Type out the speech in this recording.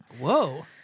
Whoa